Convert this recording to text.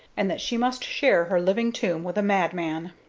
and that she must share her living tomb with a madman.